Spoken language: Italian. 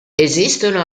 esistono